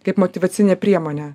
kaip motyvacinę priemonę